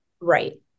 Right